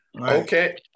Okay